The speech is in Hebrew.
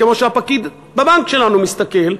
כמו שהפקיד בבנק שלנו מסתכל,